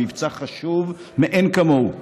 במבצע חשוב מאין כמוהו בצפון,